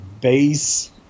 base